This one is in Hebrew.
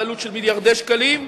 בעלות של מיליארדי שקלים,